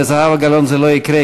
לזהבה גלאון זה לא יקרה,